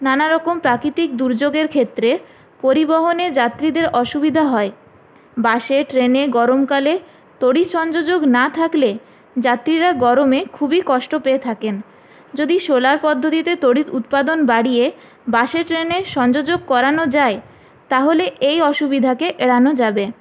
নানারকম প্রাকৃতিক দুর্যোগের ক্ষেত্রে পরিবহণে যাত্রীদের অসুবিধা হয় বাসে ট্রেনে গরমকালে তড়িৎ সংযোজক না থাকলে যাত্রীরা গরমে খুবই কষ্ট পেয়ে থাকেন যদি সোলার পদ্ধতিতে তড়িৎ উৎপাদন বাড়িয়ে বাসে ট্রেনে সংযোজক করানো যায় তাহলে এই অসুবিধাকে এড়ানো যাবে